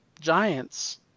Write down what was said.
giants